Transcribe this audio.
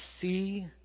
see